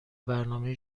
برنامه